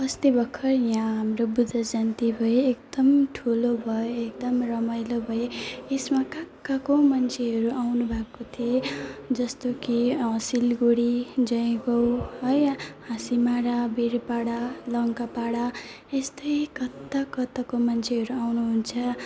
अस्ति भर्खर यहाँ हाम्रो बुद्ध जयन्ती भयो एकदम ठुलो भयो एकदम रमाइलो भयो यसमा कहाँ कहाँको मान्छेहरू आउनुभएको थियो जस्तो कि सिलगढी जयगाउँ है हाँसिमारा वीरपाडा लङ्कापाडा यस्तै कत्ता कताको मान्छेहरू आउनुहुन्छ